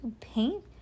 paint